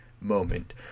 moment